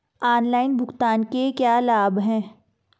Online भुगतान के क्या लाभ हैं?